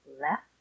left